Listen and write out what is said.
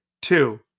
Two